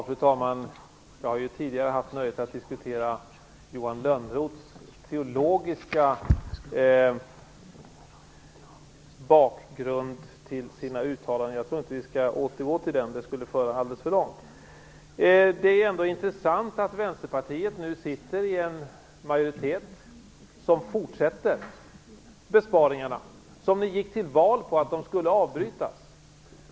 Fru talman! Jag har tidigare haft nöjet att diskutera den teologiska bakgrunden till Johan Lönnroths uttalanden, men jag tror inte att vi skall återgå till den diskussionen. Det skulle föra alldeles för långt. Det är intressant att Vänsterpartiet nu är del av en majoritet som fortsätter de besparingar som ni gick till val på att avbryta.